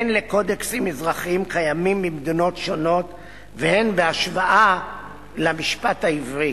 הן לקודקסים אזרחיים קיימים במדינות שונות והן בהשוואה למשפט העברי.